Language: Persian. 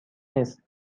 نیست